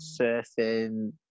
surfing